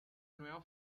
nueva